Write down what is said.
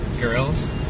girls